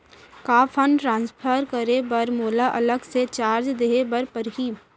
का fund transfer करे बर मोला अलग से चार्ज देहे बर परही?